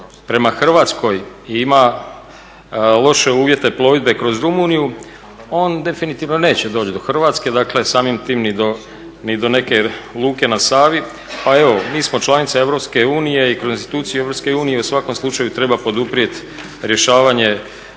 prema Hrvatskoj i ima loše uvjete plovidbe kroz Rumuniju on definitivno neće doći do Hrvatske, dakle samim time ni do neke luke na Savi. A evo, mi smo članica Europske unije i kroz institucije Europske unije u svakom slučaju treba poduprijeti rješavanje